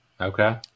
Okay